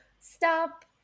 stop